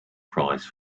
prize